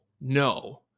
no